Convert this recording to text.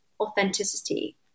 authenticity